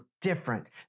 different